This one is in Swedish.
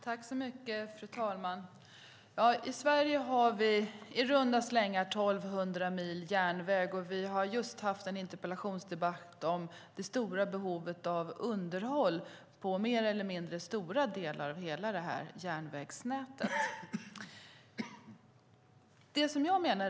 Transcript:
Fru talman! I Sverige har vi i runda slängar 1 200 mil järnväg. Vi har just haft en interpellationsdebatt om det stora behovet av underhåll på mer eller mindre stora delar av hela järnvägsnätet.